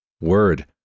word